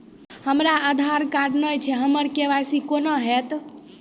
हमरा आधार कार्ड नई छै हमर के.वाई.सी कोना हैत?